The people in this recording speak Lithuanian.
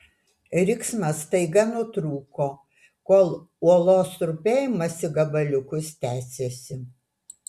riksmas staiga nutrūko kol uolos trupėjimas į gabaliukus tęsėsi